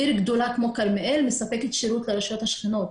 עיר גדולה כמו כרמיאל מספקת שירות לרשויות השכנות.